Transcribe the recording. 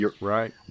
Right